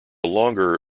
longer